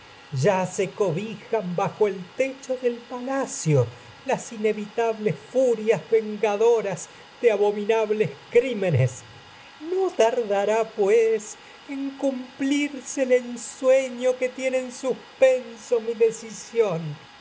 ya se cobijan bajo el techo del palacio vengadoras de en inevitables furias abominables crí menes no tardará pues cumplirse el ensueño que dolosa ayuda infernal tiene les en suspenso en mi decisión